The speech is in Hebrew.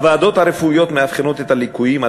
הוועדות הרפואיות מאבחנות את הליקויים,